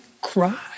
cry